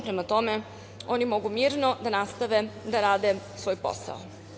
Prema tome, oni mogu mirno da nastave da rade svoj posao.